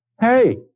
Hey